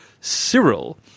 Cyril